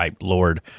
Lord